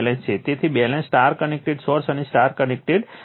તેથી balance Y connected source અને Y connected load છે